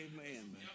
Amen